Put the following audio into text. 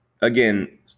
again